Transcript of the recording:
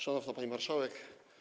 Szanowna Pani Marszałek!